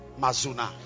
Mazuna